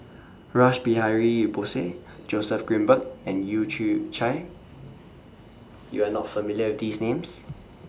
Rash Behari Bose Joseph Grimberg and Leu Yew Chye YOU Are not familiar with These Names